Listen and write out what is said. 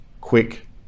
quick